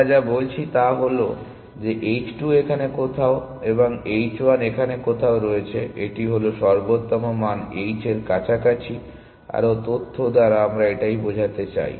আমরা যা বলছি তা হল যে h 2 এখানে কোথাও এবং h 1 এখানে কোথাও রয়েছে এটি হল সর্বোত্তম মান h এর কাছাকাছি আরও তথ্য দ্বারা আমরা এটাই বোঝাতে চাই